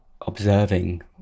observing